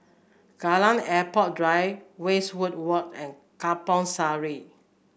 Kallang Airport Drive Westwood Walk and Kampong Sireh